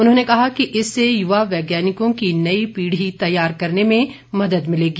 उन्होंने कहा कि इससे युवा वैज्ञानिकों की नई पीढी तैयार करने में मदद मिलेगी